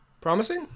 promising